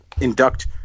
induct